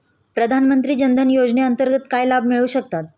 प्रधानमंत्री जनधन योजनेअंतर्गत काय लाभ मिळू शकतात?